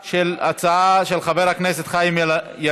אנחנו עוברים להצבעה על ההצעה של חבר הכנסת חיים ילין.